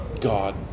God